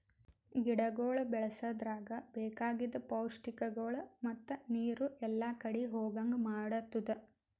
ಗಿಡಗೊಳ್ ಬೆಳಸದ್ರಾಗ್ ಬೇಕಾಗಿದ್ ಪೌಷ್ಟಿಕಗೊಳ್ ಮತ್ತ ನೀರು ಎಲ್ಲಾ ಕಡಿ ಹೋಗಂಗ್ ಮಾಡತ್ತುದ್